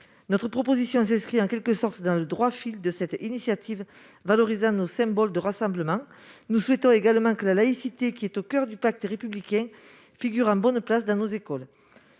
Notre proposition s'inscrit dans le droit fil de cette initiative de valorisation de nos symboles de rassemblement. Nous souhaitons également que la laïcité, qui est au coeur du pacte républicain, figure en bonne place dans nos écoles.